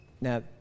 Now